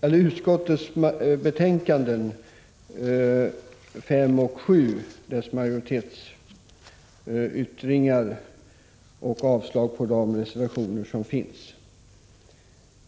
hemställan i betänkanden 5 och 7 och avslag på de reservationer som finns.